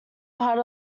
part